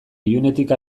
ilunetik